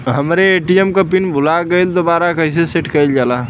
हमरे ए.टी.एम क पिन भूला गईलह दुबारा कईसे सेट कइलजाला?